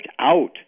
out